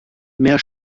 mehr